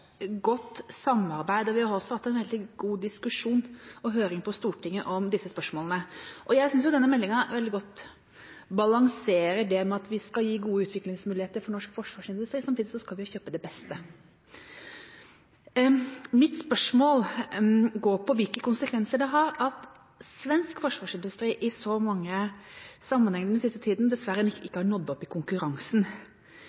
og en høring i Stortinget om disse spørsmålene. Jeg synes denne meldinga veldig godt balanserer det at vi skal gi gode utviklingsmuligheter for norsk forsvarsindustri. Samtidig skal vi kjøpe det beste. Mitt spørsmål går på hvilke konsekvenser det har at svensk forsvarsindustri i så mange sammenhenger den siste tida dessverre